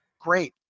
great